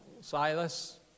Silas